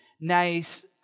nice